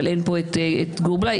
אבל אין פה את גור בליי,